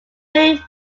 henry